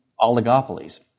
oligopolies